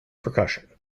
percussion